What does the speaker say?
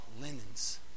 linens